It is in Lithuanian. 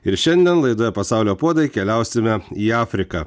ir šiandien laidoje pasaulio puodai keliausime į afriką